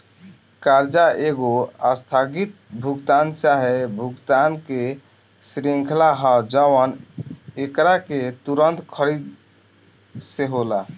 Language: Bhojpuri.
कर्जा एगो आस्थगित भुगतान चाहे भुगतान के श्रृंखला ह जवन एकरा के तुंरत खरीद से होला